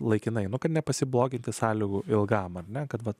laikinai einu kad nepasimokyti sąlygų ilgam ar ne kad vat